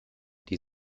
die